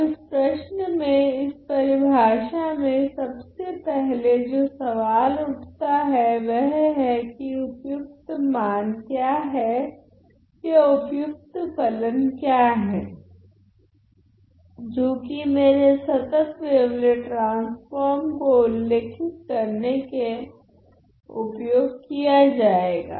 अब इस प्रश्न में इस परिभाषा में सबसे पहले जो सवाल उठता है वह है कि उपयुक्त मान क्या है या उपयुक्त फलन क्या हैं जोकि मेरे संतत् वेवलेट ट्रान्स्फ़ोर्म को उल्लेखित करने के उपयोग किया जाएगा